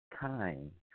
time